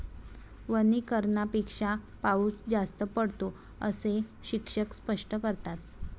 वनीकरणापेक्षा पाऊस जास्त पडतो, असे शिक्षक स्पष्ट करतात